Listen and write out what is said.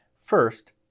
First